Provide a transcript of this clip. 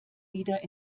wieder